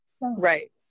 right